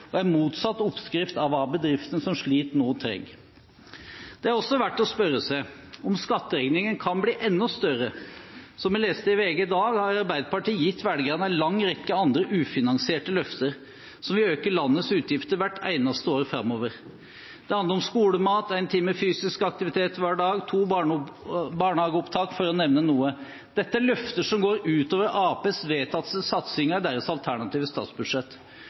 og er motsatt oppskrift av hva bedriften som sliter, nå trenger. Det er også verdt å spørre seg om skatteregningen kan bli enda større. Som vi leste i VG i dag, har Arbeiderpartiet gitt velgerne en lang rekke andre, ufinansierte løfter som vil øke landets utgifter hvert eneste år framover. Det handler om skolemat, en time fysisk aktivitet hver dag, to barnehageopptak – for å nevne noe. Dette er løfter som går utover Arbeiderpartiets vedtatte satsinger i deres alternative statsbudsjett.